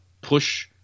push